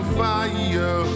fire